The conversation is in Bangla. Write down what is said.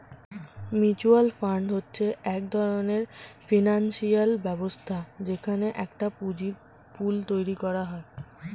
মিউচুয়াল ফান্ড হচ্ছে এক ধরণের ফিনান্সিয়াল ব্যবস্থা যেখানে একটা পুঁজির পুল তৈরী করা হয়